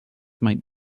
might